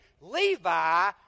Levi